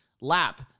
lap